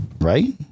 Right